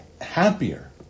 happier